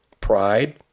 pride